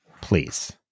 Please